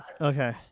Okay